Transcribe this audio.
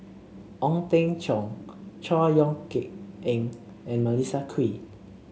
Ong Teng Cheong Chor Yeok Eng and Melissa Kwee